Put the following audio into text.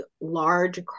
large